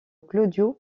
claudio